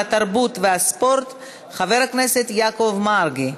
התרבות והספורט חבר הכנסת יעקב מרגי.